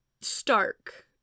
stark